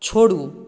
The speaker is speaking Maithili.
छोड़ू